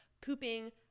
pooping